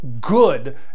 good